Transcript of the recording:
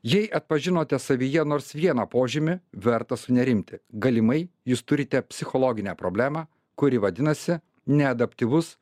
jei atpažinote savyje nors vieną požymį verta sunerimti galimai jus turite psichologinę problemą kuri vadinasi neadaptyvus